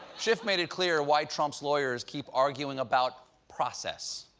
schiff made it clear why trump's lawyers keep arguing about process.